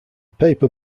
paper